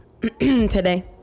today